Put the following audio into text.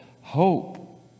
hope